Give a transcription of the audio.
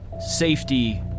safety